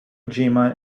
jima